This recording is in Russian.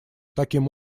таким